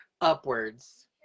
upwards